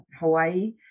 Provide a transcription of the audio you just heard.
Hawaii